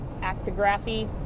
actigraphy